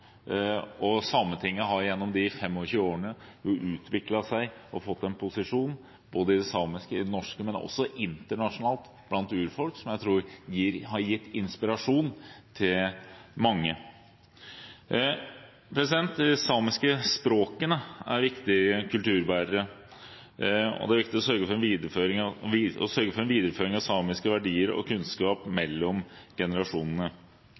av. Sametinget har gjennom de 25 årene utviklet seg og fått en posisjon ikke bare i det samiske og i det norske, men også internasjonalt blant urfolk, som jeg tror har gitt inspirasjon til mange. De samiske språkene er viktige kulturbærere, og det er viktig å sørge for en videreføring av samiske verdier og kunnskap mellom generasjonene.